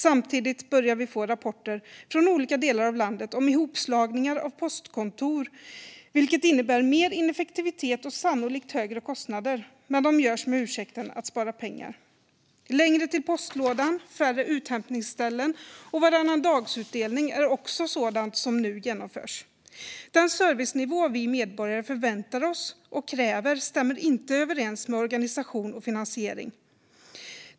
Samtidigt börjar vi få rapporter från olika delar av landet om hopslagningar av postkontor, vilket innebär mer ineffektivitet och sannolikt högre kostnader, men de görs med ursäkten att spara pengar. Längre till postlådan, färre uthämtningsställen och varannandagsutdelning är också sådant som nu genomförs. Den servicenivå vi medborgare förväntar oss och kräver stämmer inte överens med organisation och finansiering.